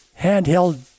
handheld